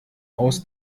aus